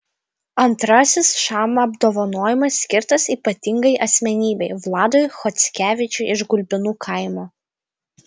antrasis šama apdovanojimas skirtas ypatingai asmenybei vladui chockevičiui iš gulbinų kaimo